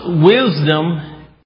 wisdom